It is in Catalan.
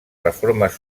reformes